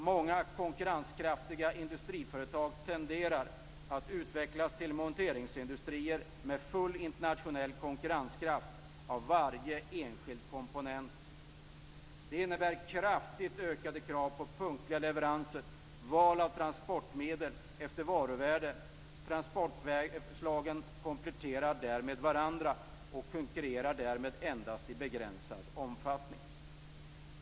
Många konkurrenskraftiga industriföretag tenderar att utvecklas till monteringsindustrier med full internationell konkurrenskraft av varje enskild komponent. Det innebär kraftigt ökade krav på punktliga leveranser, val av transportmedel efter varuvärde. Transportslagen kompletterar därmed varandra och konkurrerar endast i begränsad omfattning.